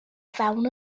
fewn